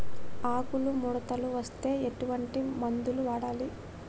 ఆకులు ముడతలు వస్తే ఎటువంటి మందులు వాడాలి?